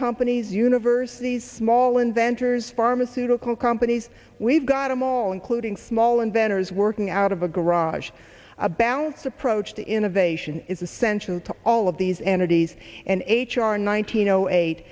companies universities small inventors pharmaceutical companies we've got them all including small inventors working out of a garage a balance approach to innovation is essential to all of these entities and h r nineteen zero eight